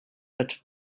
but